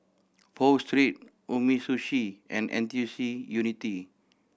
Pho Street Umisushi and N T U C Unity